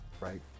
Right